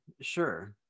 sure